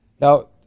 Now